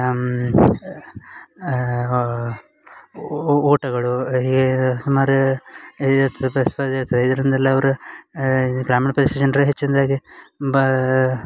ಓ ಓಟಗಳು ಈ ಮರ ಇದರಿಂದೆಲ್ಲ ಅವ್ರು ಗ್ರಾಮೀಣ ಪ್ರದೇಶ ಜನ್ರು ಹೆಚ್ಚಿನದಾಗಿ ಬಾ